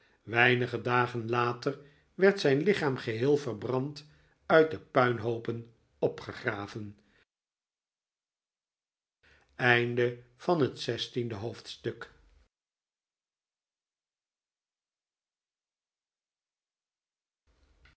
weinige dagen later werd zijn lichaam geheel verbrand uit de puinhoopen opgegraven einde van het zestiende hoopdstuk